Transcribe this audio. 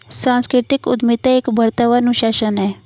सांस्कृतिक उद्यमिता एक उभरता हुआ अनुशासन है